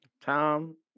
Tom